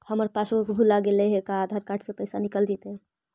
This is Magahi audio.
हमर पासबुक भुला गेले हे का आधार कार्ड से पैसा निकल जितै?